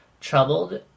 troubled